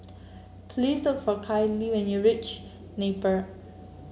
please took for Kyleigh when you reach Napier